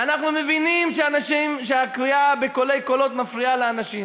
אנחנו מבינים שהקריאה בקולי קולות מפריעה לאנשים.